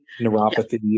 neuropathy